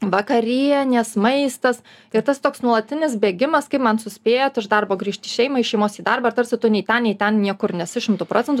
vakarienės maistas ir tas toks nuolatinis bėgimas kaip man suspėt iš darbo grįžti į šeimą iš šeimos į darbą ir tarsi tu nei ten nei ten niekur nesi šimtu procentų